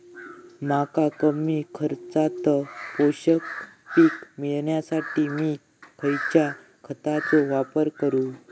मका कमी खर्चात पोषक पीक मिळण्यासाठी मी खैयच्या खतांचो वापर करू?